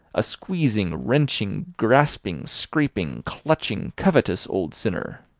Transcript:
a squeezing, wrenching, grasping, scraping, clutching, covetous, old sinner!